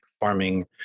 farming